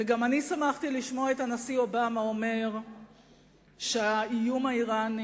וגם אני שמחתי לשמוע את הנשיא אובמה אומר שהאיום האירני